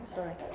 Sorry